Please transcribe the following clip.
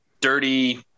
dirty